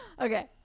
Okay